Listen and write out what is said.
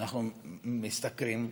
אנחנו משתכרים,